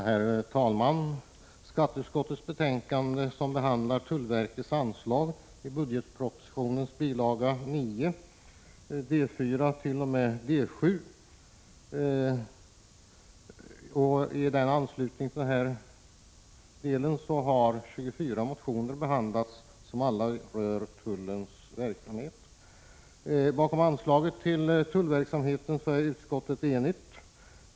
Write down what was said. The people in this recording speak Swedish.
Herr talman! Skatteutskottets betänkande behandlar tullverkets anslag D 4-D 7i budgetpropositionens bil. 9. I anslutning till detta har 24 motioner behandlats som alla rör tullens verksamhet. Bakom anslagen till tullverksamheten står utskottet enigt.